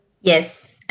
Yes